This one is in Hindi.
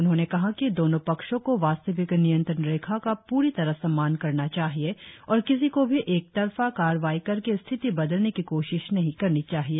उन्होंने कहा कि दोनों पक्षों को वास्तविक नियंत्रण रेखा का प्री तरह सम्मान करना चाहिए और किसी को भी एकतरफा कार्रवाई करके स्थिति बदलने की कोशिश नहीं करनी चाहिए